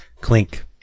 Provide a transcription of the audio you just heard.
clink